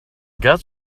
gods